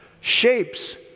shapes